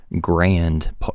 grand